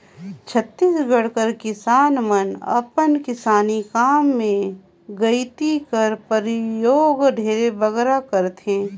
छत्तीसगढ़ कर किसान मन अपन किसानी काम मे गइती कर परियोग ढेरे बगरा करथे